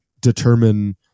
determine